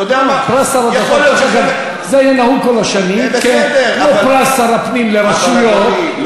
זה היה נהוג כל השנים, פרס שר הפנים לרשויות.